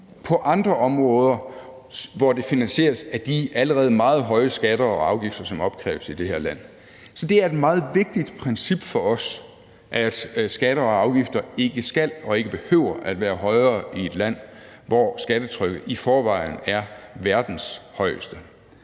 på andre områder, hvor det finansieres af de allerede meget høje skatter og afgifter, som opkræves i det her land. Så det er et meget vigtigt princip for os, at skatter og afgifter ikke skal og ikke behøver at være højere i et land, hvor skattetrykket i forvejen er verdens højeste.